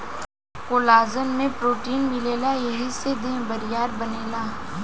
collagen में protein मिलेला एही से देह बरियार बनेला